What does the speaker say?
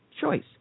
choice